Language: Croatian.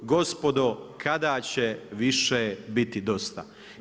Gospodo kada će više biti dosta?